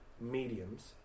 mediums